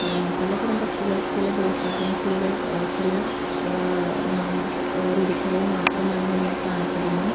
പലതരം പക്ഷികൾ ചില ദേശാടനകിളികൾ ചില ഋതുക്കളിൽ മാത്രമായി നമ്മൾ കാണപ്പെടുന്നു